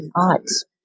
odds